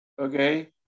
okay